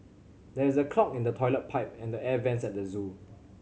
there is a clog in the toilet pipe and the air vents at the zoo